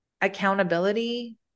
accountability